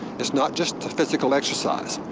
it's not just a physical exercise.